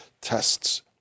tests